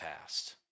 past